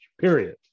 period